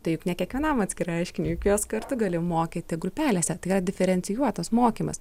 tai juk ne kiekvienam atskirai aiškini juk juos kartu gali mokyti grupelėse tai yra diferencijuotas mokymas